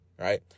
right